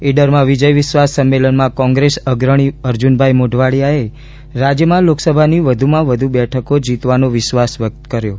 ઇડરમાં વિજય વિશ્વાસ સંમેલનમાં કોંગ્રેસ અગ્રણી અર્જુનભાઈ મોઢવાડીયાએ રાજ્યમાં લોકસભાની વધુમાં વધુ બેઠકો જીતવાનો વિશ્વાસ વ્યક્ત કર્યો છે